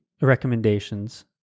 recommendations